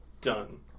Done